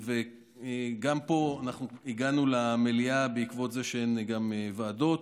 גם פה אנחנו הגענו למליאה בעקבות זה שאין ועדות.